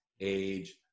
age